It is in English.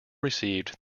received